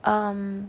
um